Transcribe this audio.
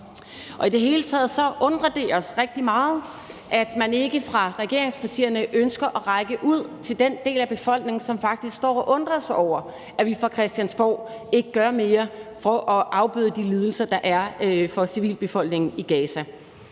om. I det hele taget undrer det os rigtig meget, at man ikke fra regeringspartiernes side ønsker at række ud til den del af befolkningen, som faktisk står og undrer sig over, at vi fra Christiansborgs side ikke gør mere for at afbøde de lidelser, der er for civilbefolkningen i Gaza.